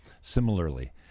Similarly